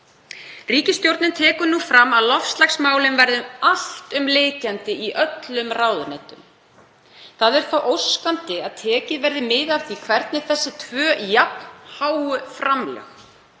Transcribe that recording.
Ríkisstjórnin tekur nú fram að loftslagsmálin verði alltumlykjandi í öllum ráðuneytum. Það er þá óskandi að tekið verði mið af því hvernig þessi tvö jafn háu framlög,